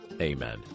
Amen